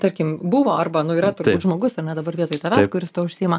tarkim buvo arba nu yra trubūt žmogus ane dabar vietoj tavęs kuris tuo užsiima